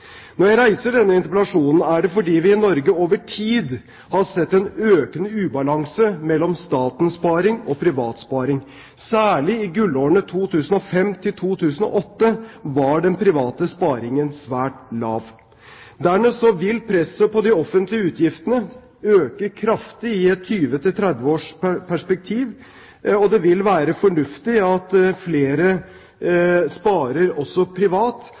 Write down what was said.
Når jeg reiser denne interpellasjonen, er det fordi vi i Norge over tid har sett en økende ubalanse mellom statens sparing og privat sparing. Særlig i gullårene 2005–2008 var den private sparingen svært lav. Dernest vil presset på de offentlige utgiftene øke kraftig i et 20–30-årsperspektiv, og det vil være fornuftig at flere sparer også privat